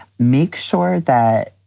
make sure that,